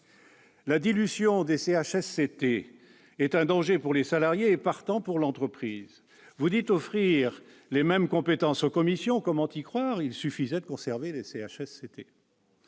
La dilution des CHSCT est un danger pour les salariés et, partant, pour l'entreprise. Vous dites offrir les mêmes compétences aux commissions. Comment y croire ? Il suffisait alors de conserver les CHSCT.